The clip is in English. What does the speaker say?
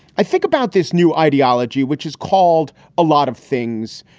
i think about this new ideology, which is called a lot of things,